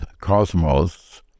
cosmos